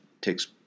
takes